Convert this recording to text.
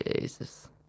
Jesus